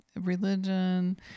religion